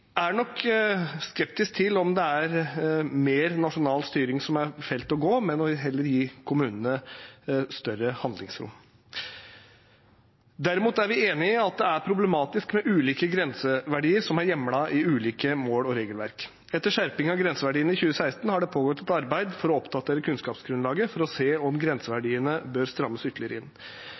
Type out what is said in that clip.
er nok skeptisk til om det er mer nasjonal styring som er veien å gå, men vil heller gi kommunene større handlingsrom. Derimot er vi enig i at det er problematisk med ulike grenseverdier som er hjemlet i ulike mål og regelverk. Etter skjerping av grenseverdiene i 2016 har det pågått et arbeid for å oppdatere kunnskapsgrunnlaget for å se om grenseverdiene bør strammes ytterligere inn.